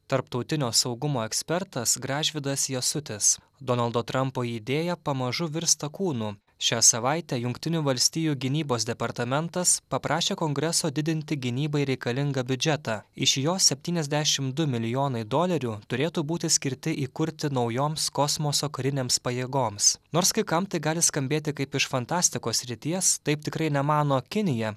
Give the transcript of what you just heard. tarptautinio saugumo ekspertas gražvydas jasutis donaldo trampo idėja pamažu virsta kūnu šią savaitę jungtinių valstijų gynybos departamentas paprašė kongreso didinti gynybai reikalingą biudžetą iš jo septyniasdešimt du milijonai dolerių turėtų būti skirti įkurti naujoms kosmoso karinėms pajėgoms nors kai kam tai gali skambėti kaip iš fantastikos srities taip tikrai nemano kinija